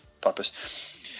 purpose